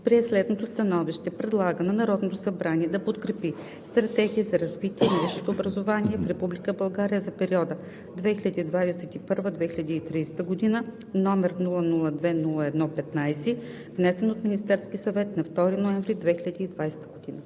прие следното становище: Предлага на Народното събрание да подкрепи Стратегия за развитие на висшето образование в Република България за периода 2021 – 2030 г., № 002-03-15, внесен от Министерския съвет на 2 ноември 2020 г.“